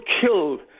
killed